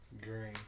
Green